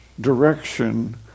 direction